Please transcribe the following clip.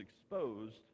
exposed